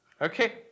Okay